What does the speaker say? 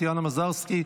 טטיאנה מזרסקי,